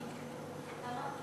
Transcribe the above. כמה?